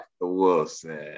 Wilson